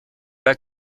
bas